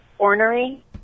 Ornery